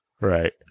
right